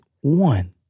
one